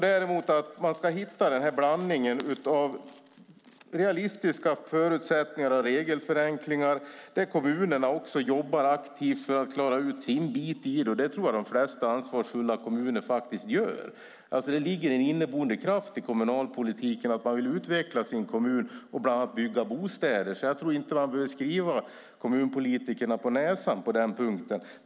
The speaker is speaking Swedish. Däremot måste man hitta en blandning av realistiska förutsättningar och regelförenklingar där också kommunerna jobbar aktivt för att klara sin del. Det tror jag att de flesta ansvarsfulla kommuner faktiskt gör. Det ligger en inneboende kraft i kommunalpolitiken att man vill utveckla sin kommun och bland annat bygga bostäder. Jag tror inte att man behöver skriva kommunpolitikerna på näsan på den punkten.